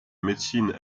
médecine